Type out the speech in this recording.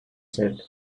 said